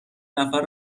نفر